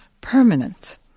permanent